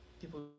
people